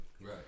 right